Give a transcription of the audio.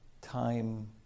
time